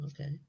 okay